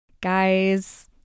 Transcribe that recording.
Guys